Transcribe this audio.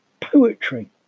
poetry